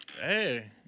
hey